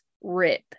rip